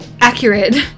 accurate